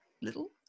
little